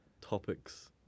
topics